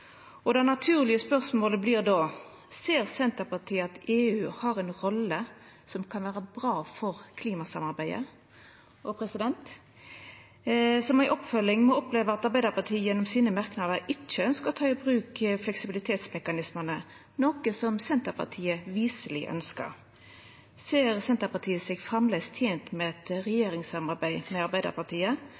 EU. Det naturlege spørsmålet vert då: Ser Senterpartiet at EU har ei rolle som kan vera bra for klimasamarbeidet? Og som ei oppfølging – me opplever at Arbeidarpartiet, gjennom merknadane sine, ikkje skal ta i bruk fleksibilitetsmekanismane, noko som Senterpartiet viseleg ønskjer. Ser Senterpartiet seg framleis tent med eit regjeringssamarbeid med